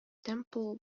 temple